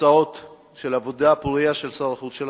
תוצאות של העבודה הפורייה של שר החוץ שלנו.